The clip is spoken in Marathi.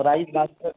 राईस भात कर